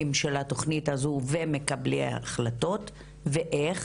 של התוכנית הזאת ומקבלי ההחלטות ואיך,